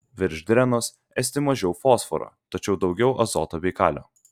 virš drenos esti mažiau fosforo tačiau daugiau azoto bei kalio